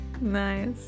Nice